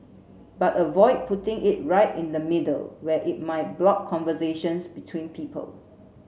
but avoid putting it right in the middle where it might block conversations between people